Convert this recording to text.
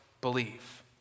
believe